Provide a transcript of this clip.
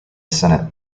senate